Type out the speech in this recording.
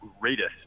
greatest